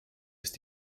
ist